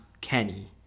Kenny